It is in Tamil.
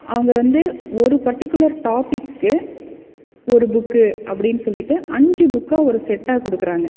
அவங்க வந்து ஒரு பர்டிகுலர் டாப்பிக்குக்கு ஒரு புக்கு அப்படின்னு சொல்லிட்டு அஞ்சு புக்காக ஒரு செட்டாக கொடுக்குறாங்க